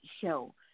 show